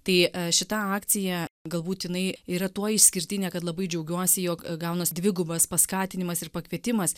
tai šita akcija galbūt jinai yra tuo išskirtinė kad labai džiaugiuosi jog gaunas dvigubas paskatinimas ir pakvietimas